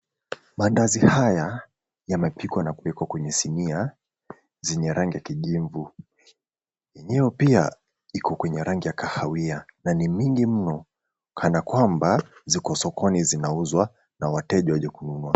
Mandazi haya yamepikwa na kuwekwa kwenye sinia zenye rangi ya kijivu. Yenyewe pia iko kwenye rangi ya kahawia na ni nyingi mno kana kwamba ziko sokoni zinauzwa na wateja waliokununua.